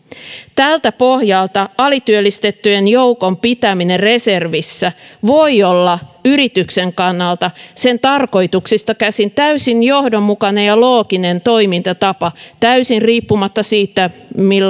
tältä pohjalta alityöllistettyjen joukon pitäminen reservissä voi olla yrityksen kannalta sen tarkoituksista käsin täysin johdonmukainen ja looginen toimintatapa täysin riippumatta siitä